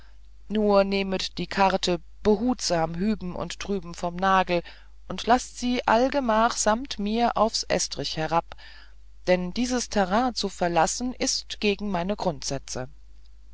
nur nehmet die karte behutsam hüben und drüben vom nagel und laßt sie allgemach samt mir aufs estrich herab denn dies terrain zu verlassen ist gegen meine grundsätze